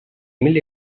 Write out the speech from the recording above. mil